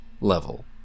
Level